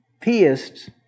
Theists